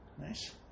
Nice